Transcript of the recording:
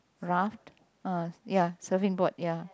raft a ya surfing board ya